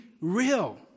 real